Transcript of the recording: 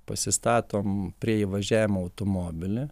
pasistatom prie įvažiavimo automobilį